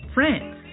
France